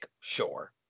Sure